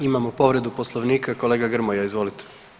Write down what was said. Imamo povredu poslovnika kolega Grmoja, izvolite.